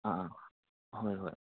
ꯑꯪ ꯍꯣꯏ ꯍꯣꯏ